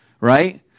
Right